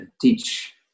teach